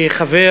כחבר